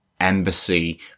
embassy